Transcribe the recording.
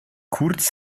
kurz